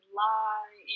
lie